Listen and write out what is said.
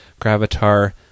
Gravatar